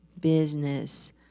business